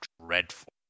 dreadful